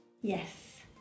Yes